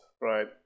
right